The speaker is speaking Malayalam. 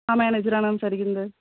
ആ മാനേജരാണ് സംസാരിക്കുന്നത്